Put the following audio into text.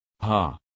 Ha